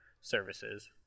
services